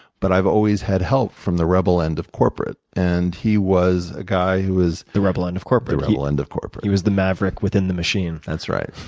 but i've always had help from the rebel end of corporate. and he was a guy who was the rebel end of corporate. the rebel end of corporate. he was the maverick within the machine. that's right.